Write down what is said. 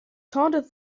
taunted